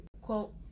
quote